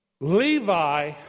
Levi